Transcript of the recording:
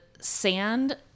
sand